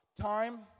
Time